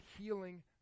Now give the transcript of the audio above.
healing